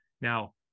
Now